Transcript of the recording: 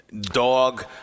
dog